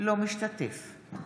לא משתתף.